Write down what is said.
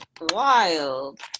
wild